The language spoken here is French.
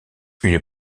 une